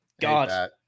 God